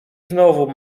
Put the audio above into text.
znowu